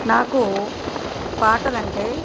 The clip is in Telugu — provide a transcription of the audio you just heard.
నాకు పాటలు అంటే